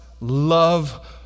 love